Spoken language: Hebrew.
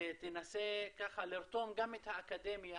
ותנסה לרתום גם את האקדמיה